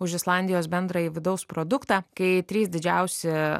už islandijos bendrąjį vidaus produktą kai trys didžiausi